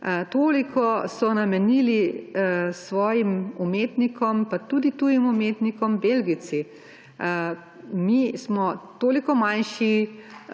Toliko so namenili svojim umetnikom, pa tudi tujim umetnikom, Belgijci. Mi smo toliko manjši